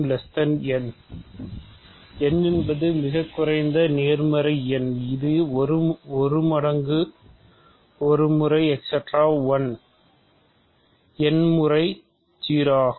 n என்பது மிகக்குறைந்த நேர்மறை எண் இது 1 மடங்கு 1 முறை 1 n முறை 0 ஆகும்